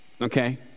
Okay